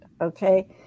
okay